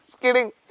kidding